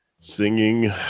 Singing